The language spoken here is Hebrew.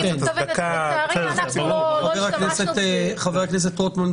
אני מתכוונת שאנחנו לא השתמשנו --- חבר הכנסת רוטמן,